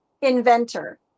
inventor